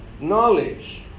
knowledge